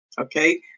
Okay